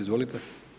Izvolite.